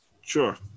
sure